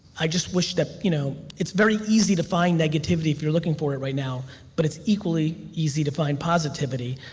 i just wish that, you know it's very easy to find negativity if you're looking for it right now but it's equally easy to find positivity.